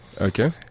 Okay